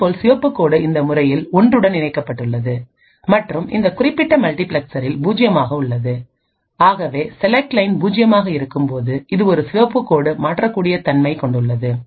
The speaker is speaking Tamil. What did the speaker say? இதேபோல் சிவப்பு கோடு இந்த முறையில் ஒன்றுடன் இணைக்கப்பட்டுள்ளது மற்றும் இந்த குறிப்பிட்ட மல்டிபிளெக்சரில் பூஜ்ஜியம் ஆக உள்ளது ஆகவே செலக்ட் லைன் பூஜ்யமாக இருக்கும் போது இது ஒரு சிவப்பு கோடு மாறக்கூடிய தன்மை கொண்டது